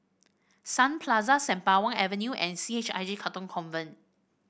Sun Plaza Sembawang Avenue and C H I J Katong Convent